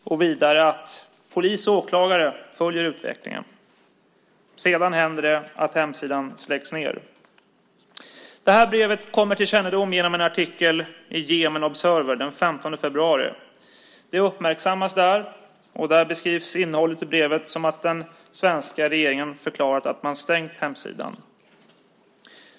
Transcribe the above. Vidare skriver hon att polis och åklagare följer utvecklingen. Sedan släcks hemsidan ned. Detta brev kommer till kännedom genom en artikel i Yemen Observer den 15 februari. Det uppmärksammas där, och innehållet i brevet beskrivs som att den svenska regeringen har förklarat att man stängt hemsidan.